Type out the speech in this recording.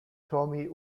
tommy